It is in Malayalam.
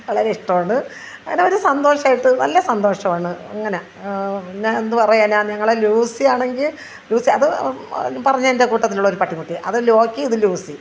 വളരെ ഇഷ്ടമാണ് കാരണം അവർ സന്തോഷമായിട്ടു നല്ല സന്തോഷമാണ് അങ്ങനെ പിന്നെ എന്ത് പറയാനാ ഞങ്ങളുടെ ലൂസിയാണെങ്കിൽ ലൂസി അതു പറഞ്ഞതിൻ്റെ കൂട്ടത്തിലുള്ള ഒരു പട്ടിക്കുട്ടി അതു ലോക്കി ഇത് ലൂസി